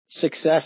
success